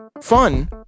Fun